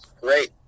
great